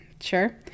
Sure